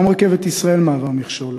גם רכבת ישראל מהווה מכשול.